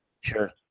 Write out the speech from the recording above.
sure